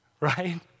right